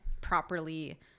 properly